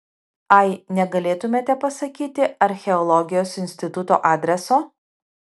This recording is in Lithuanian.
ai negalėtumėte pasakyti archeologijos instituto adreso